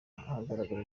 ahagaragara